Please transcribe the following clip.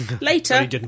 Later